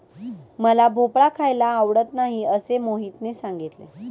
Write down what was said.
मला भोपळा खायला आवडत नाही असे मोहितने सांगितले